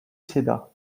céda